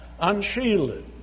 unshielded